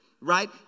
right